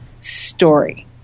Story